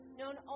known